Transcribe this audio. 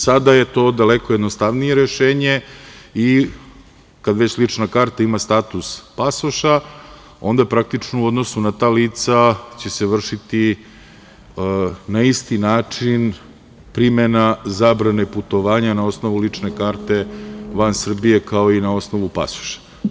Sada je to daleko jednostavnije rešenje i kad već lična karta ima status pasoša, onda praktično u odnosu na ta lica će se vršiti na isti način primena zabrane putovanja na osnovu lične karte van Srbije, kao i na osnovu pasoša.